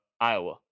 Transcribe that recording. Iowa